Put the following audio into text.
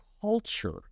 culture